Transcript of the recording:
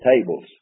tables